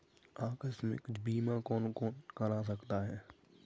आकस्मिक बीमा कौन कौन करा सकता है?